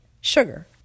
sugar